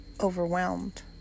overwhelmed